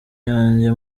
yanjye